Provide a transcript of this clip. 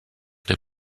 des